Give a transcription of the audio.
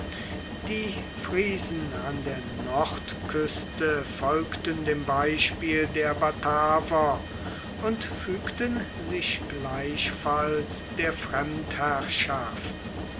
die friesen an der nordküste folgten dem beispiel der bataver und fügten sich gleichfalls der